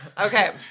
Okay